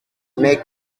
mais